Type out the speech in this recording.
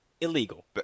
illegal